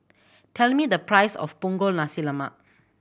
tell me the price of Punggol Nasi Lemak